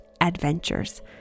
adventures